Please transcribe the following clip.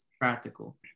Practical